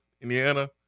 Indiana